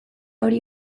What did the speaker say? hori